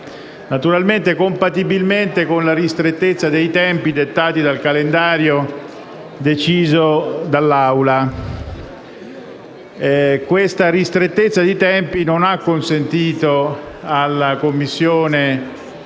naturalmente compatibilmente con la ristrettezza dei tempi dettati dal calendario deciso dall'Assemblea. Tale ristrettezza dei tempi non ha consentito di votare